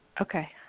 Okay